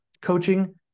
coaching